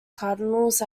cardinals